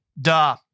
duh